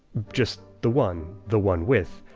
just the one, the one with.